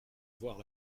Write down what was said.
voir